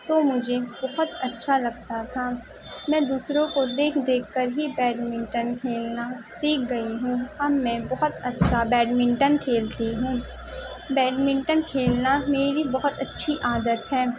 تو مجھے بہت اچھا لگتا تھا میں دوسروں کو دیکھ دیکھ کر ہی بیڈمنٹن کھیلنا سیکھ گئی ہوں اب میں بہت اچھا بیڈمنٹن کھیلتی ہوں بیڈمنٹن کھیلنا میری بہت اچھی عادت ہے